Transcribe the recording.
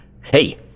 Hey